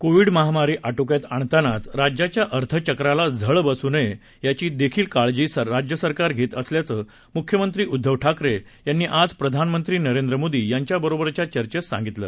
Covid महामारी आटोक्यात आणतानाच राज्याच्या अर्थचक्राला झळ बसू नये याची देखील काळजी राज्यसरकार घेत असल्याचं मुख्यमंत्री उद्धव ठाकरे यांनी आज प्रधानमंत्री नरेंद्र मोदी यांच्याबरोबरच्या चर्चेत सांगितलं